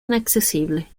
inaccesible